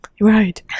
right